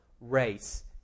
race